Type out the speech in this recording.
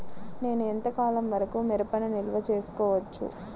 నేను ఎంత కాలం వరకు మిరపను నిల్వ చేసుకోవచ్చు?